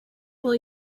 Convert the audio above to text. will